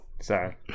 Sorry